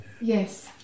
Yes